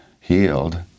healed